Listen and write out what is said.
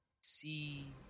see